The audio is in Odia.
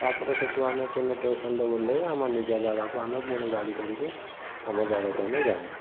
ତାପରେ ସେଇଠୁ ଆମେ ପୁଣି ଟେସନରେ ଓହ୍ଲେଇ ଆମ ନିଜ ଜାଗାକୁ ଆମେ ପୁଣି ଗାଡ଼ି କରିକି ଆମ ଜାଗାକୁ ଆମେ ଯାଉଁ